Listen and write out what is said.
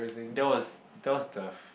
that was that was the